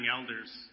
elders